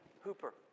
hooper